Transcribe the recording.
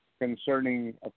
concerning